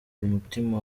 umutima